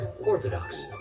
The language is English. orthodox